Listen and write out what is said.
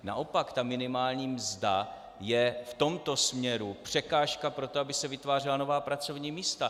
Naopak, minimální mzda je v tomto směru překážka pro to, aby se vytvářela nová pracovní místa.